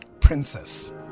Princess